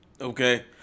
Okay